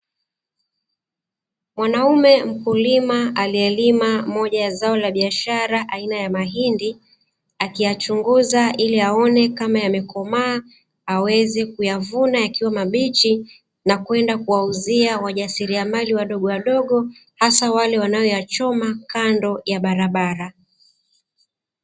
Mwanaume mkulima aliyelima moja ya zao la biashara aina ya mahindi, akiyachunguza ili aone kama yamekomaa aweze kuyavuna yakiwa mabichi, na kwenda kuwauzia wajasiriamali wadogowadogo hasa wale wanayoyachoma kando ya barabara.